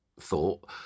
Thought